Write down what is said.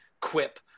quip